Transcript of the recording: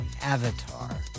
avatar